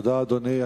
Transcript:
תודה, אדוני.